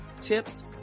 tips